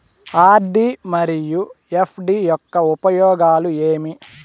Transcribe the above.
RD మరియు FD యొక్క ఉపయోగాలు ఏమి?